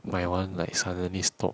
my one like suddenly stop